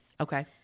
Okay